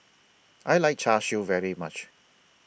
I like Char Siu very much